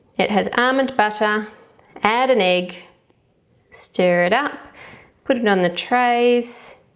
it has almond butter add an egg stir it up put it it on the trays